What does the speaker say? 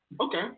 okay